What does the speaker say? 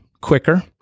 quicker